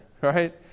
right